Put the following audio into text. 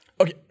Okay